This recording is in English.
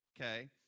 Okay